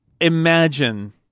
imagine